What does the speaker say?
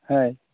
ᱦᱮᱸ